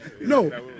No